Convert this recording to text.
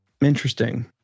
Interesting